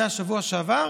זה היה בשבוע שעבר,